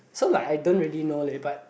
so like I don't really know leh but